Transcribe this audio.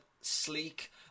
sleek